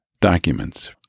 documents